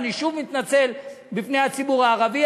אני שוב מתנצל בפני הציבור הערבי.